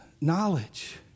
knowledge